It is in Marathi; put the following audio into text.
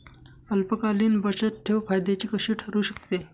अल्पकालीन बचतठेव फायद्याची कशी ठरु शकते?